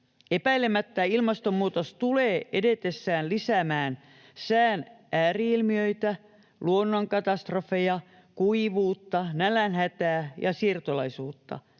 Epäilemättä ilmastonmuutos tulee edetessään lisäämään sään ääri-ilmiöitä, luonnonkatastrofeja, kuivuutta, nälänhätää ja siirtolaisuutta.